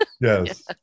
yes